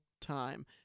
time